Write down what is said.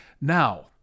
Now